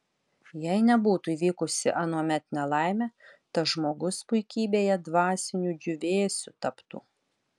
jei nebūtų įvykusi anuomet nelaimė tas žmogus puikybėje dvasiniu džiūvėsiu taptų